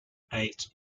eight